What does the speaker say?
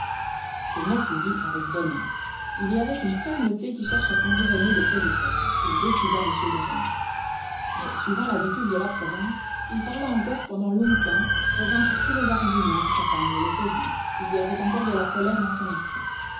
ce mot fut dit avec bonheur il y avait une fermeté qui cherche à s'environner de politesse il décida m de rênal mais suivant l'habitude de la province il parla encore pendant longtemps revint sur tous les arguments sa femme le laissait dire il y avait encore de la colère dans son accent